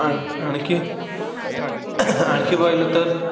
आण आणखी आणखी पाहिलं तर